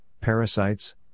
parasites